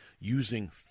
using